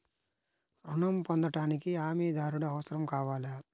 ఋణం పొందటానికి హమీదారుడు అవసరం కావాలా?